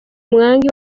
mwangi